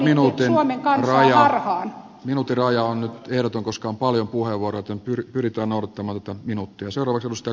arvoisa puhuja minuutin raja on nyt ehdoton koska on paljon puheenvuoroja joten pyritään noudattamaan tätä minuuttia